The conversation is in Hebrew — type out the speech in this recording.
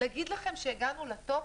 להגיד לכם שהגענו לטופ?